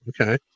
okay